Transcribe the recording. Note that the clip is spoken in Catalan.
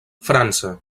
frança